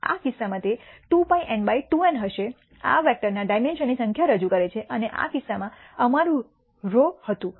આ કિસ્સામાં તે 2 π n બાય 2 n હશે આ વેક્ટરના ડાયમેન્શનની સંખ્યા રજૂ કરે છે અને આ કિસ્સામાં અમારું σ હતું